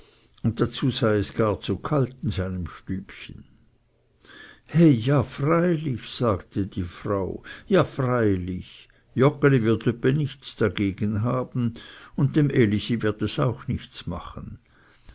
und dazu sei es gar zu kalt in seinem stübchen he ja freilich sagte die frau ja freilich joggeli wird öppe nichts dagegen haben und dem elisi wird es auch nichts machen